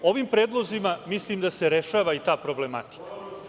Ovim predlozima mislim da se rešava i ta problematika.